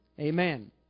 Amen